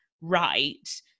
right